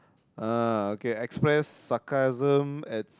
ah okay express sarcasm at